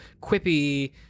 quippy